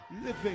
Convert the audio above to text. living